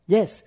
Yes